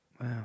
Wow